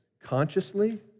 Consciously